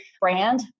brand